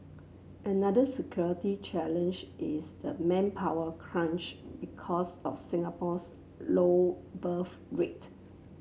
another security challenge is the manpower crunch because of Singapore's low birth rate